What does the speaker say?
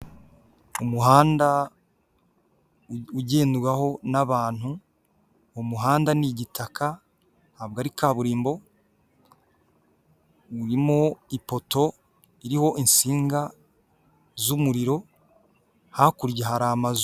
Umuhanda ugendwaho n'abantu, umuhanda ni igitaka ntabwo ari kaburimbo, urimo ipoto iriho insinga z'umuriro, hakurya hari amazu.